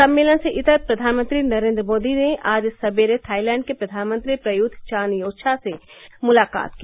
सम्मेलन से इतर प्रधानमंत्री नरेन्द्र मोदी ने आज सवेरे थाईलैण्ड के प्रधानमंत्री प्रयूथ चान ओचा से मुलाकात की